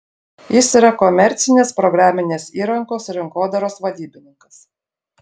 jis yra komercinės programinės įrangos rinkodaros vadybininkas